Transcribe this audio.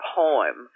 poem